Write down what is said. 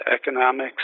economics